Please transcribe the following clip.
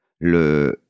Le